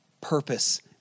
purpose